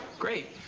great.